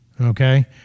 Okay